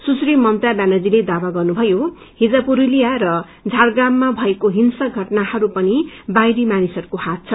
सुश्री ममता व्यानर्जीले दावा गर्नुभयो हिज पुस्तिया र मारप्राममा भएको हिसक घटनाहरूपछि पनि बाहिरी मानिसहरूको हात छन्